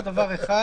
עוד דבר אחד.